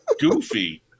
Goofy